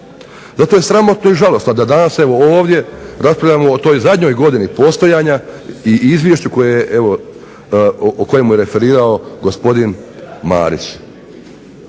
Zato je sramotno i žalosno da danas evo ovdje raspravljamo o toj zadnjoj godini postojanja i izvješću koje je evo, o kojemu je referirao gospodin Marić.